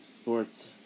sports